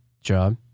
job